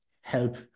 help